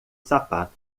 sapato